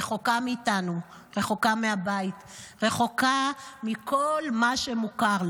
רחוקה מאיתנו, רחוקה מהבית, רחוקה מכל מה שמוכר".